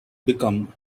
become